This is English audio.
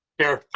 here.